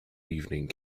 evening